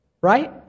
right